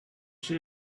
she